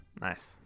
Nice